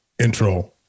intro